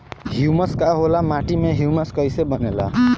Humus का होला माटी मे ह्यूमस कइसे बनेला?